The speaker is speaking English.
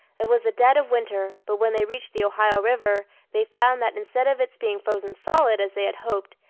it was the dead of winter, but when they reached the ohio river, they found that instead of its being frozen solid, as they had hoped,